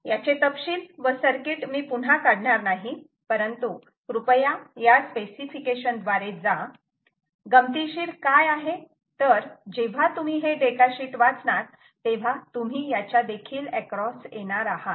याचे तपशील व सर्किट मी पुन्हा काढणार नाही परंतु कृपया या स्पेसिफिकेशन द्वारे जा गमतीशीर काय आहे तर जेव्हा तुम्ही हे डेटा शीट वाचणार तेव्हा तुम्ही याच्या देखील एक्रॉस येणार आहात